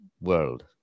world